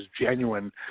genuine